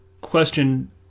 question